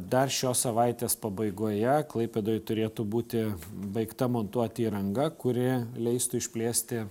dar šios savaitės pabaigoje klaipėdoje turėtų būti baigta montuoti įranga kuri leistų išplėsti